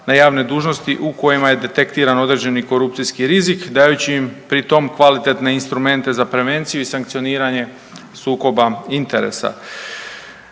na javnoj dužnosti u kojima je detektiran određeni korupcijski rizik dajući im pri tom kvalitetne instrumente za prevenciju i sankcioniranje sukoba interesa.